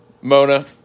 Mona